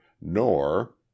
nor